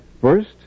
First